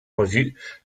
revue